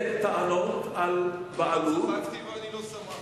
לא צחקתי ולא שמחתי.